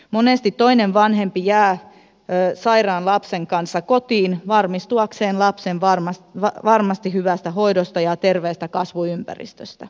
monesti toinen vanhempi jää sairaan lapsen kanssa kotiin varmistuakseen lapsen varmasti hyvästä hoidosta ja terveestä kasvuympäristöstä